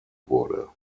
wurde